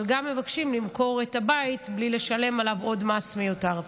אבל גם מבקשים למכור את הבית בלי לשלם עליו עוד מס מיותר.